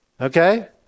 okay